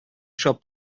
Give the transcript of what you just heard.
siop